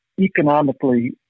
economically